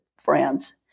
friends